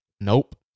Nope